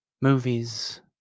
movies